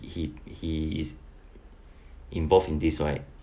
he he is involved in this right